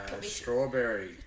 strawberry